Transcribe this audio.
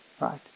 right